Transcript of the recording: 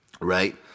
right